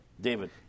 David